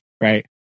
Right